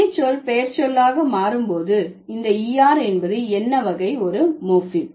வினைச்சொல் பெயரெச்சொல்லாக மாறும்போது இந்த er என்பது என்ன வகை ஒரு மோர்பீம்